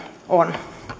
on